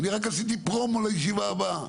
אני רק עשיתי פרומו לישיבה הבאה.